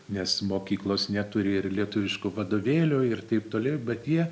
nes mokyklos neturi ir lietuviškų vadovėlių ir taip toliau bet jie